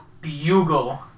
bugle